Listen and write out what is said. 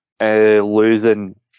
losing